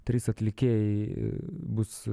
trys atlikėjai bus